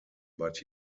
but